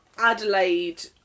Adelaide